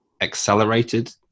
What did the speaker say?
accelerated